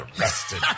arrested